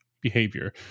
behavior